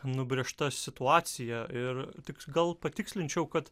nubrėžta situacija ir tik gal patikslinčiau kad